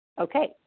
Okay